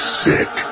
sick